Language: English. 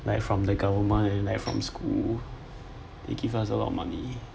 like from the government like from school they give us a lot of money